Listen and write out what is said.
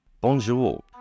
Bonjour